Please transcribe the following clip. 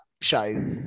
show